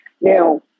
Now